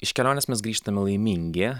iš kelionės mes grįžtame laimingi